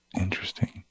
Interesting